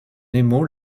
nemo